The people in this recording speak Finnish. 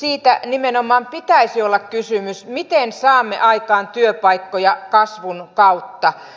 siitä nimenomaan pitäisi olla kysymys miten saamme aikaan työpaikkoja kasvun kautta